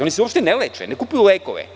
Oni se uopšte ne leče, ne kupuju lekove.